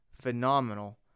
phenomenal